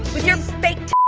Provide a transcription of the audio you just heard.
with your fake t